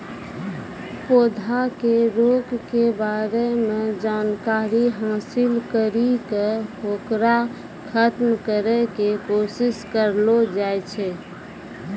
पौधा के रोग के बारे मॅ जानकारी हासिल करी क होकरा खत्म करै के कोशिश करलो जाय छै